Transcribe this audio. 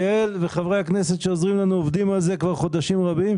ויעל וחברי הכנסת שעוזרים לנו עובדים על זה כבר חודשים רבים,